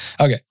Okay